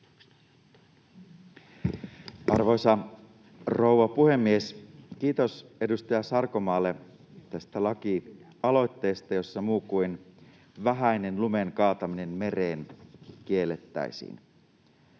Arvoisa rouva puhemies! Kiitos edustaja Sarkomaalle tästä lakialoitteesta, jossa muu kuin vähäinen lumen kaataminen mereen kiellettäisiin.